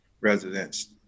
residents